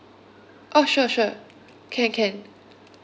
oh sure sure can can